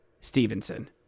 Stevenson